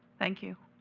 thank you.